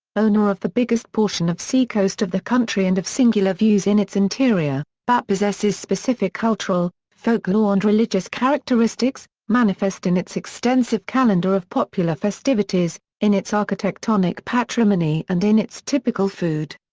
owner of the biggest portion of seacoast of the country and of singular views in its interior, bahia but possesses specific cultural, folklore and religious characteristics, manifest in its extensive calendar of popular festivities, in its architectonic patrimony and in its typical food.